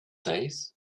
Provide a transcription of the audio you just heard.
days